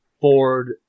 Ford